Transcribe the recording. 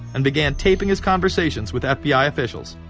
and began taping his conversations with fbi officials.